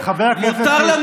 חבר הכנסת קיש, חבר הכנסת קיש.